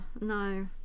no